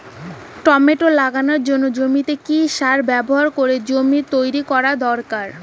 Tomato লাগানোর জন্য জমিতে কি সার ব্যবহার করে জমি তৈরি করা দরকার?